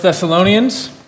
Thessalonians